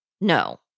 no